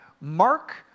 Mark